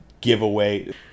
giveaway